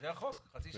אחרי החוק, חצי שנה.